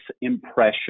impression